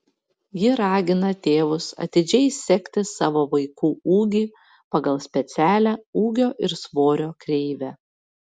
ji ragina tėvus atidžiai sekti savo vaikų ūgį pagal specialią ūgio ir svorio kreivę